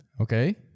Okay